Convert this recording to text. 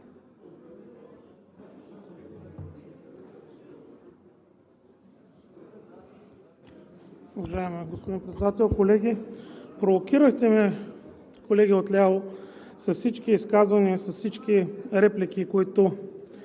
Уважаеми господин Председател, колеги! Провокирахте ме, колеги отляво, с изказванията и репликите, които